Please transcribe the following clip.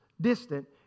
distant